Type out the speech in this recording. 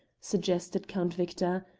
suggested count victor,